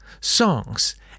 songs